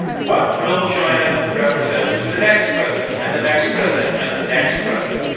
what will china represent to the next president and the next president and the next president?